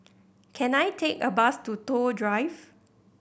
can I take a bus to Toh Drive